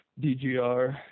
DGR